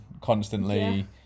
constantly